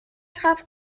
darauf